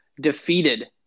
defeated